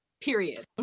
period